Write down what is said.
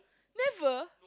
never